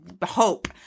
hope